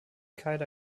qaida